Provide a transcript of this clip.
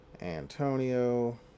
Antonio